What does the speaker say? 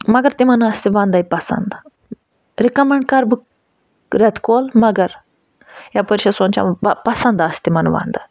مگر تِمَن آسہِ یہِ وَنٛدَے پَسنٛد رِکَمَنٛڈ کَرٕ بہٕ رٮ۪تہٕ کول مگر یَپٲرۍ چھَس سونچان پَسنٛد آسہِ تِمَن وَنٛدٕ